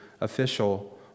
official